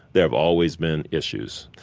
there have always been issues.